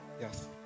Yes